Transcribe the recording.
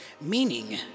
Meaning